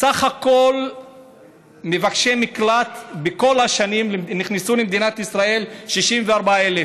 בסך הכול בכל השנים נכנסו למדינת ישראל 64,000